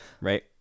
Right